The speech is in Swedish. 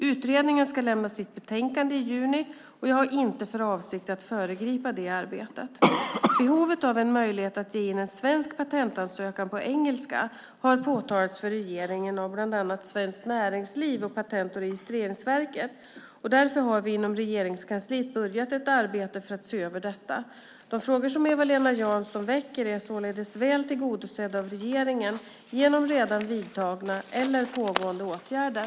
Utredningen ska lämna sitt betänkande i juni och jag har inte för avsikt att föregripa det arbetet. Behovet av en möjlighet att ge in en svensk patentansökan på engelska har påtalats för regeringen av bland annat Svenskt Näringsliv och Patent och registreringsverket. Därför har vi inom Regeringskansliet påbörjat ett arbete för att se över detta. De frågor som Eva-Lena Janson väcker är således väl tillgodosedda av regeringen genom redan vidtagna eller pågående åtgärder.